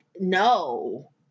no